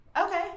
okay